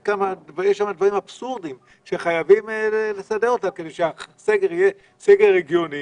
יש שם דברים אבסורדיים שחייבים לסדר אותם כדי שהסגר יהיה הגיוני,